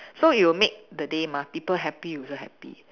so you'll make the day mah people happy you also happy